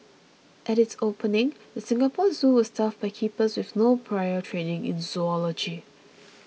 at its opening the Singapore Zoo was staffed by keepers with no prior training in zoology